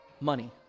money